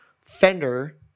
Fender